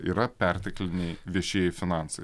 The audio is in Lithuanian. yra pertekliniai viešieji finansai